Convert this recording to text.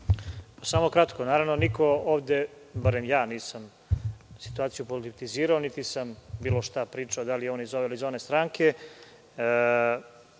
Samo kratko. Niko ovde, barem ja nisam situaciju politizirao, niti sam bilo šta pričao da li je on iz ove ili iz one stranke. Drago